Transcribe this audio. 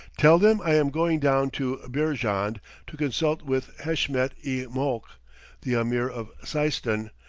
tell them i am going down to beerjand to consult with heshmet-i-molk, the ameer of seistan,